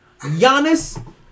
Giannis